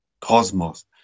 cosmos